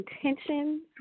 intention